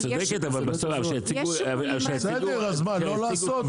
אז לא לעשות?